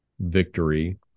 victory